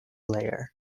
layer